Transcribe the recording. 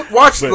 watch